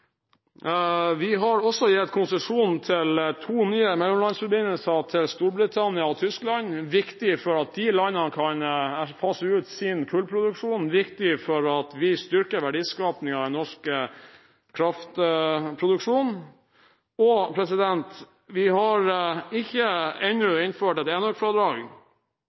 Vi har også gitt konsesjon til to nye mellomlandsforbindelser til Storbritannia og Tyskland. Det er viktig for at de landene kan fase ut sin kullproduksjon, og viktig for at vi styrker verdiskapingen i norsk kraftproduksjon. Vi har ennå ikke innført